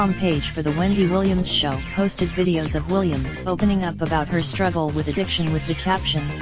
um page for the wendy williams show posted videos of williams opening up about her struggle with addiction with the caption,